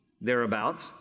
thereabouts